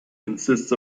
consists